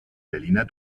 berliner